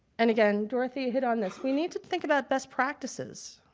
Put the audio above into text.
and again, dorothea hit on this, we need to think about best practices.